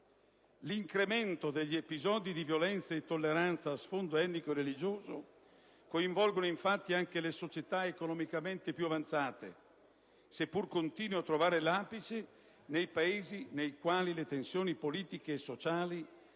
L'incremento degli episodi di violenza ed intolleranza a sfondo etnico e religioso coinvolgono infatti anche le società economicamente più avanzate, seppur continui a trovare l'apice nei Paesi nei quali le tensioni politiche e sociali